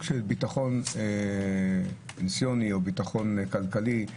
של ביטחון פנסיוני או ביטחון כלכלי.